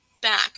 back